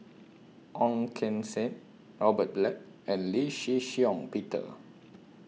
Ong Keng Sen Robert Black and Lee Shih Shiong Peter